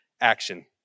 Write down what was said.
action